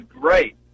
great